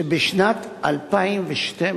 שבשנת 2012,